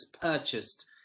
purchased